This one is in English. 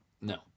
No